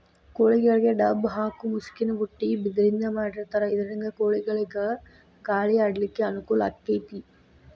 ಕೋಳಿಗೆ ಡಬ್ಬ ಹಾಕು ಮುಸುಕಿನ ಬುಟ್ಟಿ ಬಿದಿರಿಂದ ಮಾಡಿರ್ತಾರ ಇದರಿಂದ ಕೋಳಿಗಳಿಗ ಗಾಳಿ ಆಡ್ಲಿಕ್ಕೆ ಅನುಕೂಲ ಆಕ್ಕೆತಿ